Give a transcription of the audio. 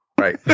Right